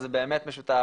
אז זה באמת משותף,